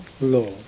law